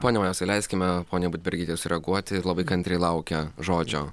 ponia majauskai leiskime poniai budbergytei sureaguoti labai kantriai laukia žodžio